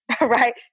right